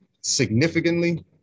significantly